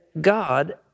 God